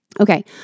Okay